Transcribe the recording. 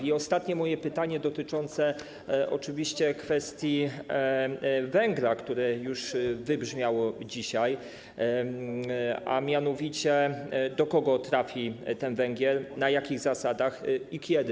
I ostatnie moje pytanie, dotyczące kwestii węgla, które już wybrzmiało dzisiaj, a mianowicie: Do kogo trafi ten węgiel, na jakich zasadach i kiedy?